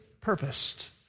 purposed